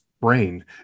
brain